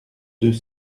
deux